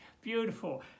beautiful